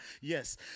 yes